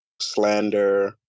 Slander